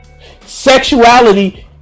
Sexuality